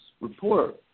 report